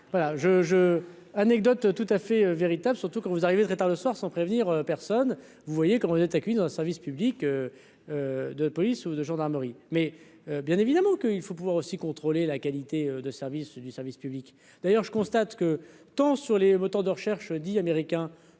je, anecdotes tout à fait, véritables surtout quand vous arrivez très tard le soir, sans prévenir personne, vous voyez comment vous êtes accueilli dans le service public de police ou de gendarmerie, mais bien évidemment qu'il faut pouvoir aussi contrôler la qualité de service du service public d'ailleurs, je constate que, tant sur les moteurs de recherche dis américain.